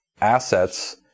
assets